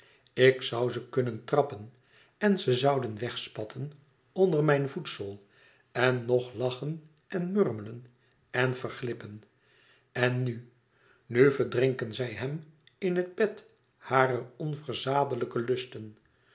ik zoû ze kunnen tràppen en ze zouden wèg spatten onder mijn voetzool en ng lachen en murmelen en verglippen en nu nu verdrinken zij hem in het bed harer onverzaadlijke lusten